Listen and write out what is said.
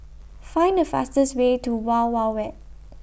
Find The fastest Way to Wild Wild Wet